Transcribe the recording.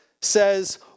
says